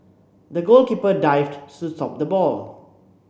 the goalkeeper dived to stop the ball